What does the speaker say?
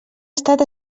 estat